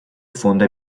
фонда